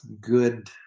good